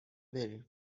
بریم